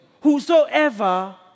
Whosoever